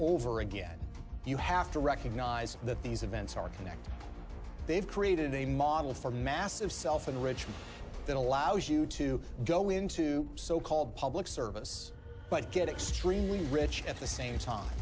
over again you have to recognize that these events are connected they've created a model for massive self enrichment that allows you to go into so called public service but get extremely rich at the same time